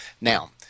Now